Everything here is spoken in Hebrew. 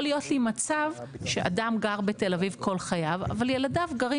יכול להיות לי מצב שאדם גר בתל אביב כל חייו אבל ילדיו גרים